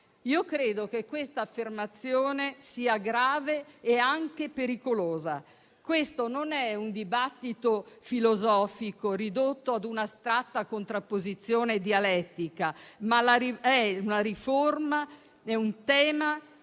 Io credo che tale affermazione sia grave e anche pericolosa: questo non è un dibattito filosofico ridotto a un'astratta contrapposizione dialettica, ma è una riforma su un tema che